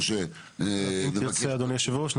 אם תרצה אדוני היושב-ראש,